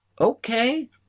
Okay